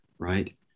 right